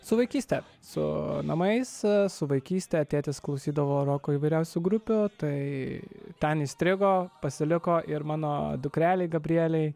su vaikyste su namais su vaikyste tėtis klausydavo roko įvairiausių grupių tai ten įstrigo pasiliko ir mano dukrelei gabrielei